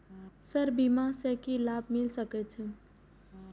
Sir बीमा से की लाभ मिल सके छी?